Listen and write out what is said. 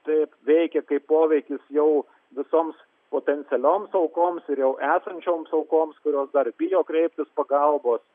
taip veikia kaip poveikis jau visoms potencialioms aukoms ir jau esančioms aukoms kurios dar bijo kreiptis pagalbos